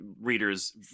readers